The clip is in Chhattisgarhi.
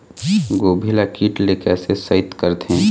गोभी ल कीट ले कैसे सइत करथे?